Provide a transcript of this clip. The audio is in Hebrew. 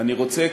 אני רוצה,